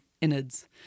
innards